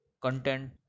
content